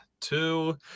two